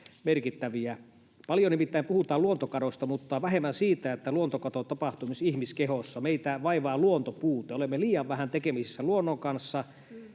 Paljon nimittäin puhutaan luontokadosta, mutta vähemmän siitä, että luontokato tapahtuu myös ihmiskehossa. Meitä vaivaa luontopuute. Olemme liian vähän tekemisissä luonnon kanssa.